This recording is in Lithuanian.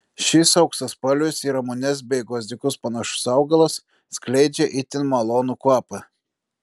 šis auksaspalvis į ramunes bei gvazdikus panašus augalas skleidžia itin malonų kvapą